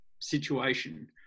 situation